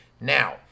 now